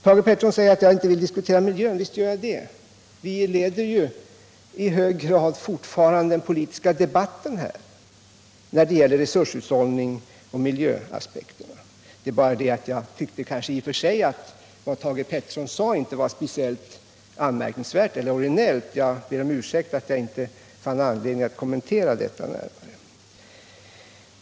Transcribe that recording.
Thage Peterson säger att jag inte vill diskutera miljön. Visst vill jag det. Vi leder i hög grad fortfarande den politiska debatten när det gäller resurshushållning och miljöaspekter. Det var bara så att jag inte tyckte att det Thage Peterson sade var särskilt anmärkningsvärt eller originellt. Jag ber om ursäkt att jag inte fann anledning att kommentera det närmare.